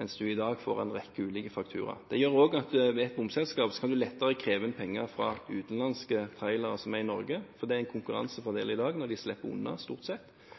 mens man i dag får en rekke ulike fakturaer. Med ett bompengeselskap kan man også lettere kreve inn penger fra utenlandske trailere som er i Norge. Når de i dag stort sett slipper unna, gir det dem en konkurransefordel. Når det gjelder obligatorisk bombrikke, jobber vi for å få det inn i